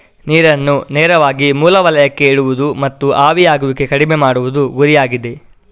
ನೀರನ್ನು ನೇರವಾಗಿ ಮೂಲ ವಲಯಕ್ಕೆ ಇಡುವುದು ಮತ್ತು ಆವಿಯಾಗುವಿಕೆ ಕಡಿಮೆ ಮಾಡುವುದು ಗುರಿಯಾಗಿದೆ